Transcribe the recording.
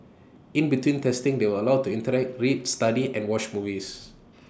in between testing they were allowed to interact read study and watch movies